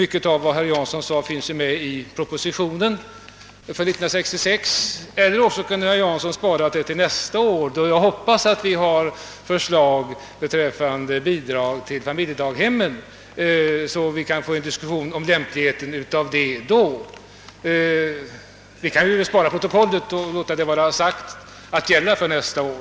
Mycket av vad herr Jansson sade stod i propositionen för 1966. Eller också kunde herr Jansson ha sparat anförandet till nästa år — då det kan tänkas att förslag föreligger beträffande bidrag till familjedaghemmen — så att vi då kan få en diskussion om lämpligheten av familjedaghem. Vi kan ju spara protokollet och låta hans anförande gälla för nästa år.